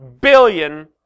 billion